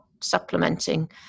supplementing